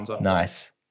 Nice